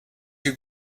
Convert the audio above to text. you